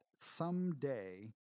someday